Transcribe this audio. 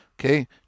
Okay